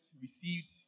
received